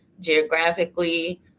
geographically